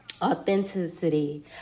authenticity